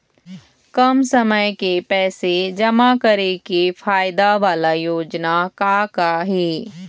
कम समय के पैसे जमा करे के फायदा वाला योजना का का हे?